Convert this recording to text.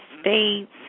States